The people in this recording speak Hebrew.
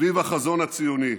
סביב החזון הציוני.